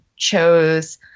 chose